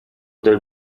del